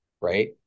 right